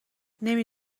نمی